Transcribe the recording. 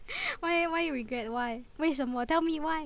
why why you regret why 为什么 tell me why